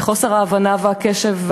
וחוסר ההבנה והקשב,